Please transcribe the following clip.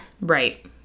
Right